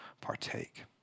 partake